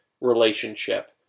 relationship